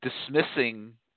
dismissing